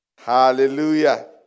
Hallelujah